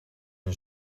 een